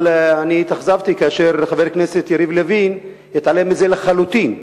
אבל אני התאכזבתי כאשר חבר הכנסת יריב לוין התעלם מזה לחלוטין.